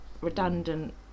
redundant